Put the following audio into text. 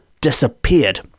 disappeared